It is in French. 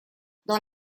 dans